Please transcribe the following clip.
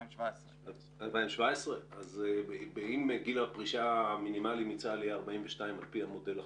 2017. אם גיל הפרישה המינימלי מצה"ל יהיה 42 על פי המודל החדש,